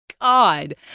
god